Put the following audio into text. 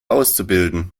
auszubilden